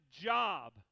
job